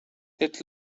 det